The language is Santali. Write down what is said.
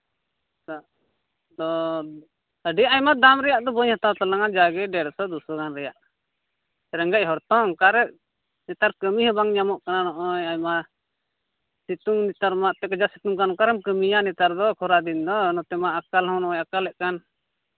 ᱟᱫᱚ ᱟᱹᱰᱤ ᱟᱭᱢᱟ ᱫᱟᱢ ᱨᱮᱭᱟᱜ ᱫᱚ ᱵᱟᱹᱧ ᱦᱟᱛᱟᱣ ᱛᱟᱞᱟᱝᱟ ᱡᱟᱜᱮ ᱰᱮ ᱲᱥᱚ ᱫᱩᱥᱚ ᱜᱟᱱ ᱨᱮᱭᱟᱜ ᱨᱮᱸᱜᱮᱡ ᱦᱚᱲ ᱛᱚ ᱚᱠᱟᱨᱮ ᱱᱮᱛᱟᱨ ᱠᱟᱹᱢᱤ ᱦᱚᱸ ᱵᱟᱝ ᱧᱟᱢᱚᱜ ᱠᱟᱱᱟ ᱱᱚᱜᱼᱚᱭ ᱟᱭᱢᱟ ᱥᱤᱛᱩᱝ ᱢᱟ ᱱᱮᱛᱟᱨ ᱠᱟᱡᱟᱠ ᱥᱤᱛᱩᱝ ᱠᱟᱱ ᱚᱠᱟᱨᱮᱢ ᱠᱟᱹᱢᱤᱭᱟ ᱱᱮᱛᱟᱨ ᱫᱚ ᱠᱷᱚᱨᱟ ᱫᱤᱱ ᱫᱚ ᱱᱚᱛᱮ ᱢᱟ ᱟᱠᱟᱞ ᱦᱚᱸ ᱱᱚᱜᱼᱚᱭ ᱟᱠᱟᱞᱮᱜ ᱠᱟᱱ